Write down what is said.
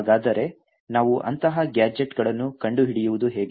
ಹಾಗಾದರೆ ನಾವು ಅಂತಹ ಗ್ಯಾಜೆಟ್ಗಳನ್ನು ಕಂಡುಹಿಡಿಯುವುದು ಹೇಗೆ